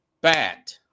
bat